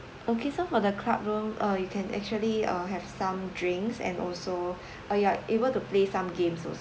okay so for the clubroom uh you can actually uh have some drinks and also uh you are able to play some games also